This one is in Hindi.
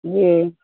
जी